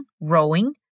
rowing